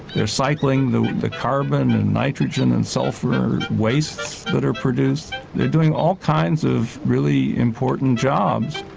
they are cycling the the carbon and nitrogen and sulphur wastes that are produced they are doing all kinds of really important jobs.